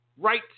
right